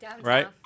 Right